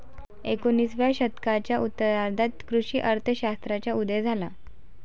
एकोणिसाव्या शतकाच्या उत्तरार्धात कृषी अर्थ शास्त्राचा उदय झाला